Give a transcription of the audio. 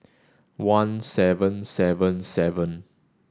one seven seven seven